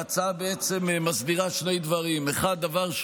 ההצעה מסדירה שני דברים: דבר אחד,